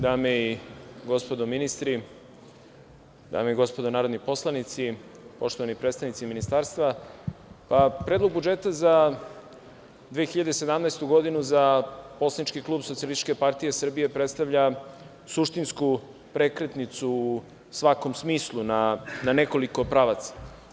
Dame i gospodo ministri, dame i gospodo narodni poslanici, poštovani predstavnici Ministarstva, Predlog budžeta za 2017. godinu za poslanički klub SPS predstavlja suštinsku prekretnicu u svakom smislu na nekoliko pravaca.